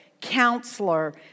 Counselor